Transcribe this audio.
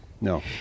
no